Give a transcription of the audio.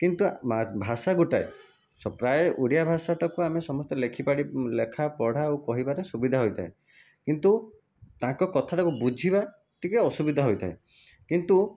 କିନ୍ତୁ ଭାଷା ଗୋଟାଏ ସ ପ୍ରାୟ ଓଡ଼ିଆ ଭାଷାଟାକୁ ଆମେ ସମସ୍ତେ ଲେଖି ଲେଖା ପଢ଼ା ଓ କହିବାରେ ସୁବିଧା ହୋଇଥାଏ କିନ୍ତୁ ତାଙ୍କ କଥାଟାକୁ ବୁଝିବା ଟିକିଏ ଅସୁବିଧା ହୋଇଥାଏ କିନ୍ତୁ